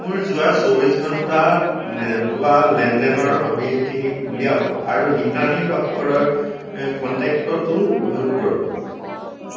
মোৰ যোৱা চৌবিছ ঘণ্টাত হোৱা লেনদেনৰ সবিশেষখিনি উলিয়াওক আৰু ইন্দ্ৰাণী লহকৰৰ কণ্টেক্টটো মিউট কৰক